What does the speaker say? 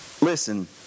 listen